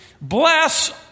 bless